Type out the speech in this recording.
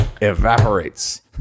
evaporates